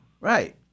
Right